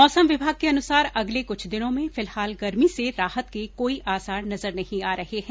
मौसम विभाग के अनुसार अगले कुछ दिनों में फिलहाल गर्मी से राहत के कोई आसार नजर नही आ रहे है